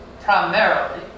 primarily